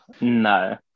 No